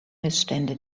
missstände